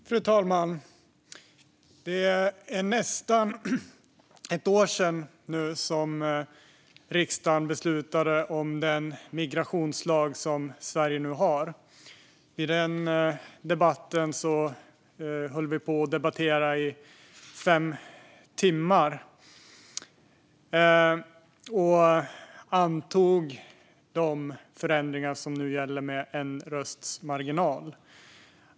Fru talman! Det är nästan ett år sedan riksdagen beslutade om den migrationslag som Sverige nu har. Efter en fem timmar lång debatt antogs med en rösts marginal de förändringar som nu gjorts.